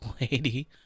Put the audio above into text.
lady